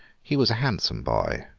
he was a handsome boy,